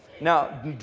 Now